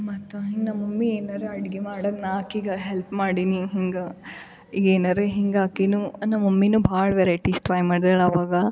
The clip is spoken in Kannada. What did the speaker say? ಮತ್ತು ಹಿಂಗೆ ನಮ್ಮ ಮಮ್ಮಿ ಏನಾರ ಅಡುಗೆ ಮಾಡದ್ನಾಕಿಗ ಹೆಲ್ಪ್ ಮಾಡೀನಿ ಹಿಂಗೆ ಈಗ ಏನಾರ ಹಿಂಗೆ ಆಕಿನು ನನ್ನ ಮಮ್ಮಿನು ಭಾಳ ವೆರೈಟೀಸ್ ಟ್ರೈ ಮಾಡ್ಯಾಳ ಆವಾಗ